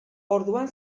orduan